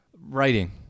writing